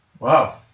Wow